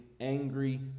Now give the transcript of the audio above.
angry